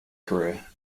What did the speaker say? career